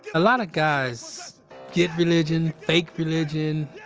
a lot of guys get religion, fake religion,